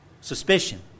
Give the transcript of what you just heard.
Suspicion